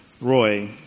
Roy